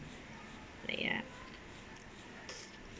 like ya